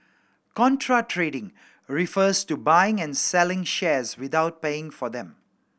contra trading refers to buying and selling shares without paying for them